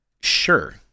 sure